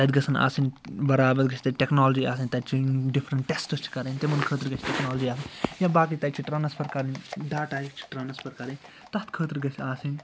تتہِ گَژھَن آسٕنۍ بَراَد گَژھِ تتہِ ٹیٚکنالجی آسٕنۍ ڈِفرَنٹ ٹٮ۪سٹس چھِ کَرٕنۍ تِمَن خٲطرٕ گَژھِ ٹیٚکنالجی آسٕنۍ یا باقٕے تَتہِ چھِ ٹرٛانسفَر کَرٕنۍ ڈاٹا چھِ ٹرٛانسفر کَرٕنۍ تتھ خٲطرٕ گَژھِ آسٕنۍ